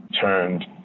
turned